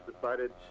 decided